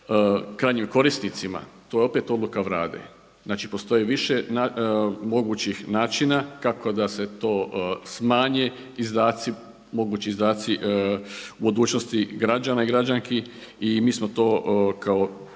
krajnjim korisnicima to je opet odluka Vlade, znači postoji više mogućih načina kako da se to smanji, izdaci, mogući izdaci u budućnosti građana i građanki i mi smo to kao